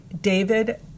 David